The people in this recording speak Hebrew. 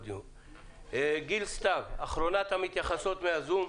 סתיו, אחרון המתייחסים מהזום.